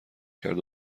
کرد